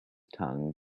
tongue